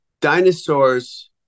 dinosaurs